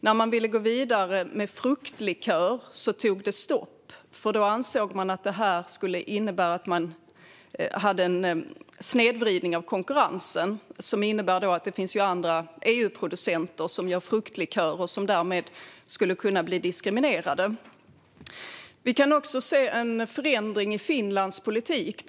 När Finland ville gå vidare med fruktlikörer tog det stopp. EU ansåg att det skulle innebära en snedvridning av konkurrensen, för andra producenter av fruktlikörer i EU skulle kunna bli diskriminerade. Det har dessutom skett en förändring i Finlands politik.